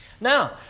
Now